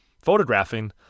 photographing